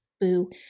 Boo